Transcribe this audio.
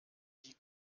die